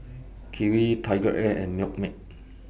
Kiwi TigerAir and Milkmaid